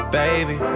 baby